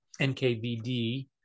nkvd